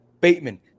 Bateman